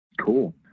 Cool